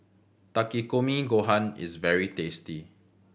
Takikomi Gohan is very tasty